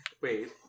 Wait